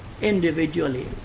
individually